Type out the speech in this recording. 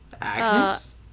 Agnes